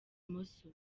imoso